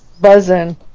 buzzing